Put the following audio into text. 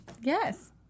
Yes